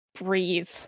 breathe